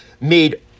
made